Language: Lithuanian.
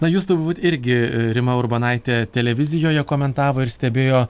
na jūs turbūt irgi rima urbonaitė televizijoje komentavo ir stebėjo